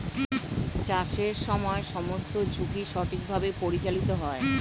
চাষের সময় সমস্ত ঝুঁকি সঠিকভাবে পরিচালিত হয়